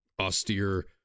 austere